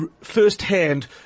firsthand